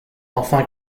enfin